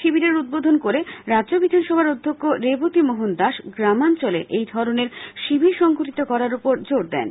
শিবিরের উদ্বোধন করে রাজ্য বিধানসভার অধ্যক্ষ রেবতী মোহন দাস গ্রামাঞ্চলে এই ধরনের শিবির সংগঠিত করার উপর জোর দেন